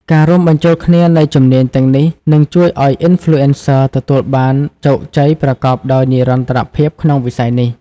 ការរួមបញ្ចូលគ្នានៃជំនាញទាំងនេះ នឹងជួយឱ្យ Influencer ទទួលបានជោគជ័យប្រកបដោយនិរន្តរភាពក្នុងវិស័យនេះ។